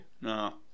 no